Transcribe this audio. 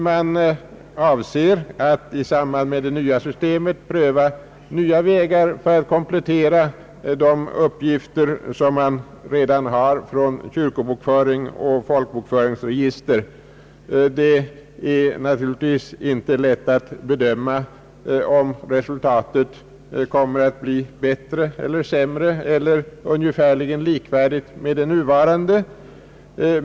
Man avser att i samband med det nya systemet pröva nya vägar för att komplettera de uppgifter som man redan har från kyrko bokföringsoch folkbokföringsregister. Det är naturligtvis inte lätt att bedöma om resultatet kommer att bli bättre eller sämre eller ungefärligen likvärdigt med det nuvarande.